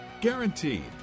Guaranteed